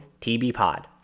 TBPOD